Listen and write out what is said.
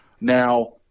now